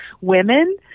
women